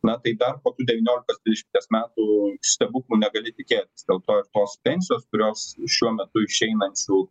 na tai dar kokių devyniolikos dvidešimties metų stebuklų negali tikėtis dėl to ir tos pensijos kurios šiuo metu išeinant su